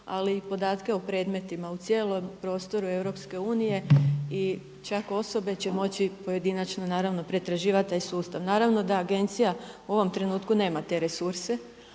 ali i podatke o predmetima u cijelom prostoru EU i čak osobe će moći pojedinačno naravno pretraživati taj sustav. Naravno da agencija u ovom trenutku nema te resurse